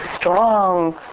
strong